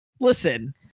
listen